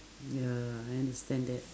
ya I understand that